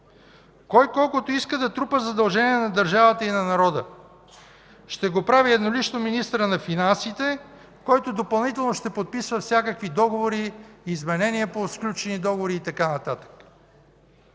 кой колкото иска да трупа задължения на държавата и на народа. Ще го прави еднолично министърът на финансите, който допълнително ще подписва всякакви договори, изменения по сключени договори и така